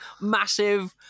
massive